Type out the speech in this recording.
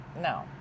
No